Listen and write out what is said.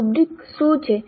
rubric શું છે